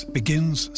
begins